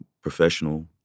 professional